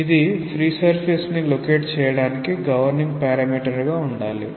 ఇది free surface ని locate చేయడానికి గవర్నింగ్ పారామీటర్ గా ఉండాలి